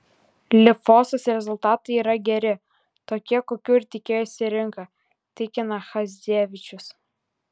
lifosos rezultatai yra geri tokie kokių ir tikėjosi rinka tikina chadzevičius